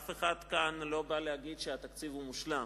אף אחד כאן לא בא להגיד שהתקציב מושלם.